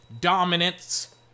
dominance